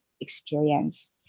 experience